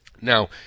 Now